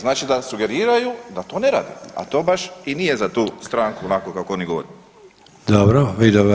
Znači da sugeriraju da to ne rade, a to baš i nije za tu stranku onako kako oni govore.